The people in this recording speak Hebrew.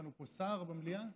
במליאה?